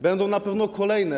Będą na pewno kolejne.